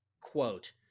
quote